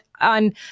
on